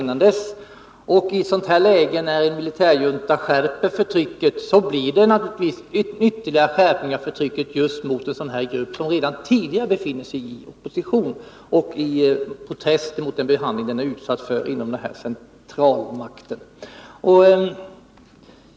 I ett sådant här läge när militärjuntan skärper förtrycket blir det naturligtvis ytterligare skärpningar av förtrycket just mot en sådan här grupp, som redan tidigare befinner sig i opposition och protesterar mot den behandling den har utsatts för av centralmakten.